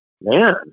man